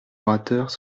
orateurs